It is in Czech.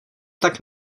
tak